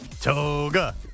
Toga